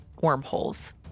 wormholes